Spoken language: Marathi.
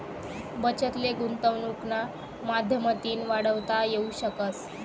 बचत ले गुंतवनुकना माध्यमतीन वाढवता येवू शकस